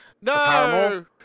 No